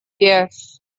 yes